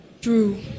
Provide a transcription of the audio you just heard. True